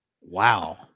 wow